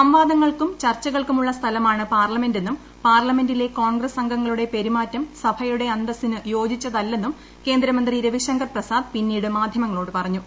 സംവാദങ്ങൾക്കും ചർച്ചകൾക്കുമുള്ള സ്ഥലമാണ് പാർലമെന്റെന്നും പാർലമെന്റിലെ കോൺഗ്രസ് അംഗങ്ങളുടെ പെരുമാറ്റം സഭയുടെ അന്തസ്സിന് യോജിച്ചതല്ലെന്നും കേന്ദ്രമന്ത്രി രവിശങ്കർ പ്രസാദ് പിന്നീട് മാധ്യമങ്ങളോട് പറഞ്ഞു